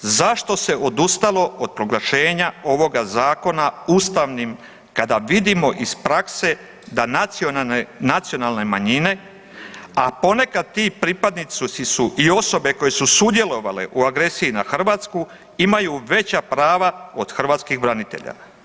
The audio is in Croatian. Zašto se odustalo od proglašenja ovoga zakona ustavnim kada vidimo iz prakse da nacionalne manjine, a ponekad ti pripadnici su i osobe koje su sudjelovale u agresiji na Hrvatsku imaju veća prava od hrvatskih branitelja.